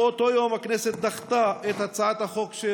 באותו יום הכנסת דחתה את הצעת החוק של